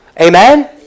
Amen